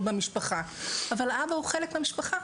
במשפחה אבל האבא הוא חלק מהמשפחה,